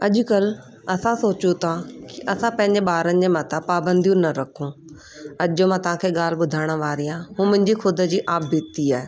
अॼु कल्ह असां सोचूं था की असां पंहिंजे ॿारनि जे मथां पाॿंदियूं न रखूं अॼु जो मां तव्हांखे ॻाल्हि ॿुधाइण वारी आहियां उहा मुंहिंजी ख़ुदि जी आप बीती आहे